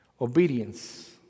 obedience